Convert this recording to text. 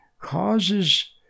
causes